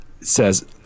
says